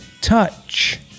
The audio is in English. touch